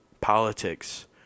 politics